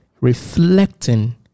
reflecting